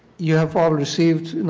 you have all received